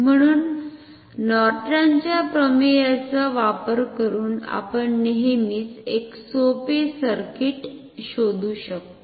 म्हणून नॉर्टनच्या प्रमेयचा वापर करून आपण नेहमीच एक सोपे सर्किट शोधु शकतो